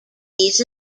these